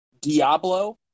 Diablo